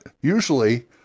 usually